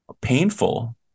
painful